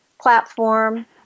platform